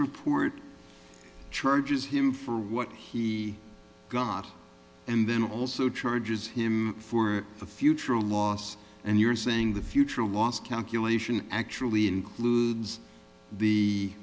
report charges him for what he got and then also charges him for the future a loss and you're saying the future a loss calculation actually includes the